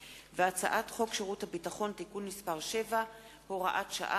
הצעת חוק שירות ביטחון (תיקון מס' 7 והוראת שעה)